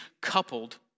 coupled